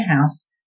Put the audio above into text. house